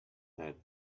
had